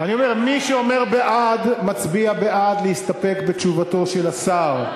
אני אומר: מי שאומר בעד מצביע בעד להסתפק בתשובתו של השר,